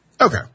Okay